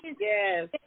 Yes